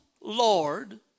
Lord